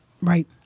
Right